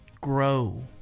grow